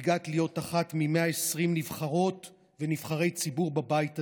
הגעת להיות אחת מ-120 נבחרות ונבחרי הציבור בבית הזה.